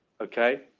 Okay